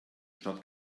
stadt